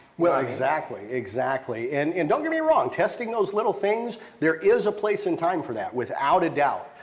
well, exactly, exactly. and and don't get me wrong, testing those little things, there is a place and time for that. without a doubt.